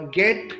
get